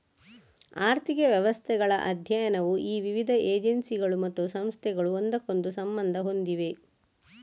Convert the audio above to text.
ಆರ್ಥಿಕ ವ್ಯವಸ್ಥೆಗಳ ಅಧ್ಯಯನವು ಈ ವಿವಿಧ ಏಜೆನ್ಸಿಗಳು ಮತ್ತು ಸಂಸ್ಥೆಗಳು ಒಂದಕ್ಕೊಂದು ಸಂಬಂಧ ಹೊಂದಿವೆ